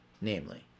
namely